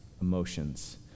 emotions